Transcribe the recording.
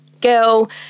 girl